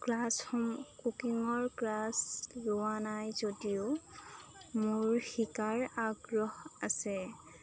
ক্লাছসমূহ কুকিঙৰ ক্লাছ লোৱা নাই যদিও মোৰ শিকাৰ আগ্ৰহ আছে